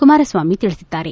ಕುಮಾರಸ್ವಾಮಿ ತಿಳಿಸಿದ್ದಾರೆ